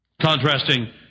contrasting